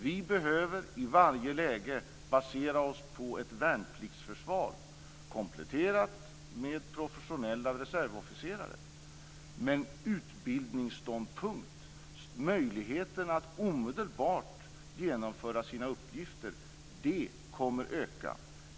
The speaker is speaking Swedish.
Vi behöver i varje läge basera oss på ett värnpliktsförsvar, kompletterat med professionella reservofficerare. Möjligheterna att omedelbart genomföra uppgifter kommer att öka.